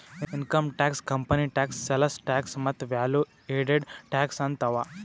income tax, company tax, sales tax ಮತ್ತ value added tax ಅಂತ್ ಅವಾ